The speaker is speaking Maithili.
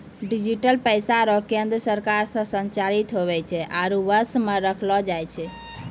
डिजिटल पैसा रो केन्द्र सरकार से संचालित हुवै छै आरु वश मे रखलो जाय छै